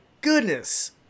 goodness